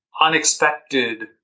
unexpected